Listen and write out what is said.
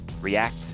react